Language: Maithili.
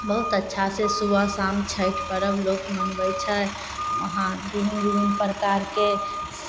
बहुत अच्छा से सुबह शाम छठि पर्ब लोक मनबै छै वहाँ बिभिन्न बिभिन्न प्रकारके